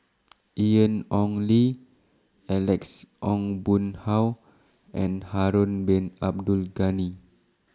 Ian Ong Li Alex Ong Boon Hau and Harun Bin Abdul Ghani